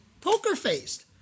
poker-faced